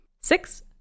six